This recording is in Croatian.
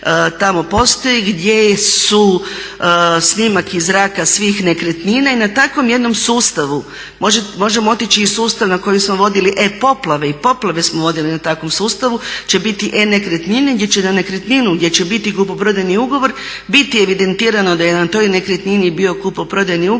tamo postoji gdje su snimak iz zraka svih nekretnina. I na takvom jednom sustavu, možemo otići i u sustav na koji smo vodili e-poplave i poplave smo vodili na takvom sustavu, će biti e-nekretnine gdje će na nekretninu, gdje će biti kupoprodajni ugovor biti evidentirano da je na toj nekretnini bio kupoprodajni ugovor